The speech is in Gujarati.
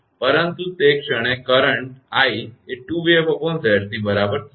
પરંતુ તે ક્ષણે કરંટ i એ 2𝑣𝑓𝑍𝑐 બરાબર થશે